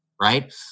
right